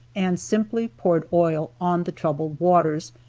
and simply poured oil on the troubled waters,